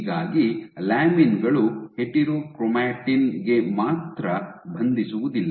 ಹೀಗಾಗಿ ಲ್ಯಾಮಿನ್ ಗಳು ಹೆಟೆರೋಕ್ರೊಮಾಟಿನ್ ಗೆ ಮಾತ್ರ ಬಂಧಿಸುವುದಿಲ್ಲ